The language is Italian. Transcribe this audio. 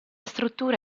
struttura